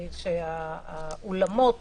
שהאולמות